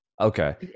Okay